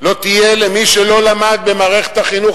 לא תהיה למי שלא למד במערכת החינוך